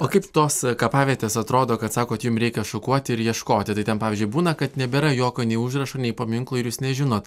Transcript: o kaip tos kapavietės atrodo kad sakot jum reikia šukuoti ir ieškoti tai ten pavyzdžiui būna kad nebėra jokio nei užrašo nei paminklo ir jūs nežinot